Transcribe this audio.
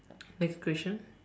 next question